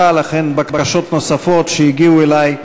ולכן לא התקבלו בקשות נוספות שהגיעו אלי.